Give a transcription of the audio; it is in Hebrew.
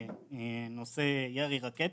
נושא ירי רקטי,